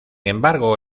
embargo